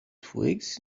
twigs